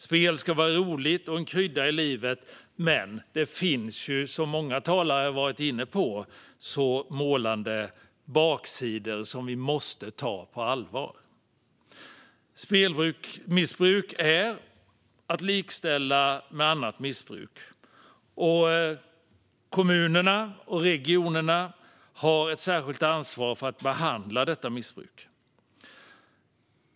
Spel ska vara roligt och en krydda i livet. Men det finns ju, som många talare så målande varit inne på, baksidor som vi måste ta på allvar. Spelmissbruk är att likställa med annat missbruk. Kommunerna och regionerna har ett särskilt ansvar för att behandla detta missbruk.